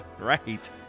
right